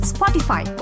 Spotify